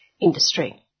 industry